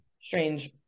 strange